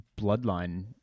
bloodline